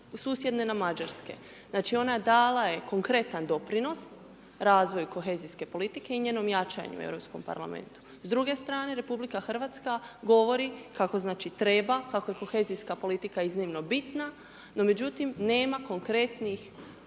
susjedne nam Mađarske. Znači, ona dala je konkretan doprinos razvoju kohezijske politike i njenom jačanju u Europskom parlamentu. S druge strane RH govori kako znači treba, kako je kohezijska politika iznimno bitna. No, međutim nema konkretnih